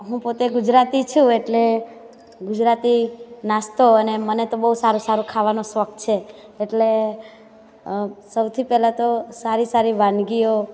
હું પોતે ગુજરાતી છું એટલે ગુજરાતી નાસ્તો અને મને તો બહુ સારું સારું ખાવાનો શોખ છે એટલે સૌથી પહેલાં તો સારી સારી વાનગીઓ